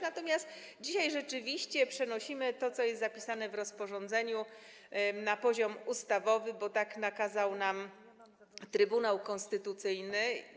Natomiast dzisiaj rzeczywiście przenosimy to, co jest zapisane w rozporządzeniu, na poziom ustawowy, bo tak nakazał nam Trybunał Konstytucyjny.